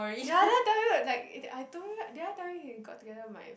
ya did I tell you like I told you did I tell you he got together with my